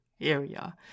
area